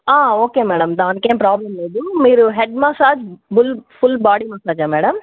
okay madam దానికేం problem లేదు మీరు హెడ్ మసాజ్ బుల్ ఫుల్ బాడీ మసాజా మేడం